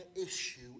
issue